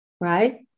Right